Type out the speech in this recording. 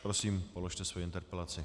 Prosím, položte svoji interpelaci.